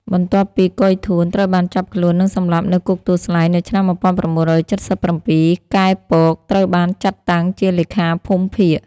បន្ទាប់ពី កុយ ធួន ត្រូវបានចាប់ខ្លួន និងសម្លាប់នៅគុកទួលស្លែង នៅឆ្នាំ១៩៧៧ កែ ពក ត្រូវបានចាត់តាំងជាលេខាភូមិភាគ។